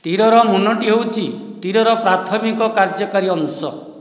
ତୀରର ମୁନଟି ହେଉଛି ତୀରର ପ୍ରାଥମିକ କାର୍ଯ୍ୟକାରୀ ଅଂଶ